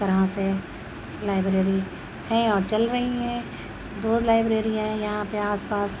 اس طرح سے لائبریری ہیں اور چل رہی ہیں دو لائبریریاں ہیں یہاں پہ آس پاس